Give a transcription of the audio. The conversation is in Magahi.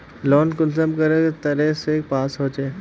लोन कुंसम करे तरह से पास होचए?